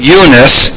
Eunice